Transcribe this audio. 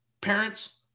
parents